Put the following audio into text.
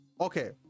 okay